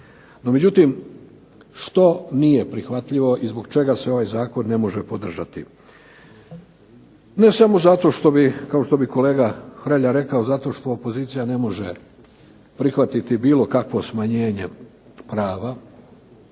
No međutim, što nije prihvatljivo i zbog čega se ovaj zakon ne može podržati? Ne samo zato što bi kao što bi kolega Hrelja rekao zato što opozicija ne može prihvatiti bilo kakvo smanjenje prava,